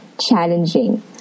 challenging